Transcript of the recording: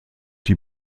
die